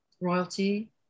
royalty